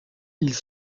ils